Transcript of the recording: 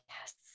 Yes